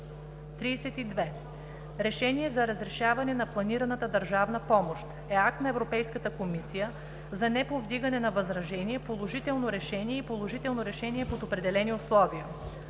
32. „Решение за разрешаване на планираната държавна помощ” е акт на Европейската комисия за неповдигане на възражения, положително решение и положително решение под определени условия.